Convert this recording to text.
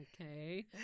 okay